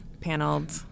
paneled